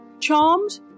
Charmed